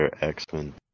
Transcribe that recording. X-Men